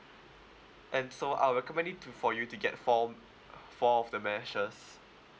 and so I'll recommend you to for you to get four m~ four of the meshes